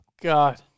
God